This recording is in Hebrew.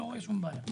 לא רואה שום בעיה.